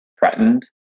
threatened